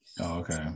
okay